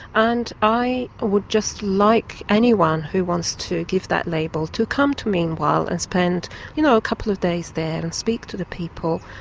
and i would just like anyone who wants to give that label to come to meanwhile and spend you know a couple of days there and speak to the people,